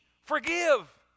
Forgive